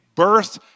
Birth